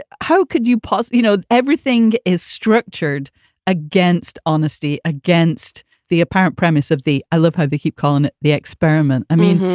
how could you possibly know? everything is structured against honesty, against the apparent premise of the. i love how they keep calling it the experiment. i mean,